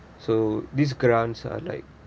so these grants are like